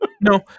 No